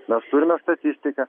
mes turime statistiką